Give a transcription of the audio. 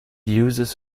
uses